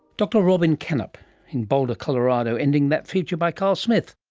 dr robin canup in boulder colorado, ending that feature by carl smith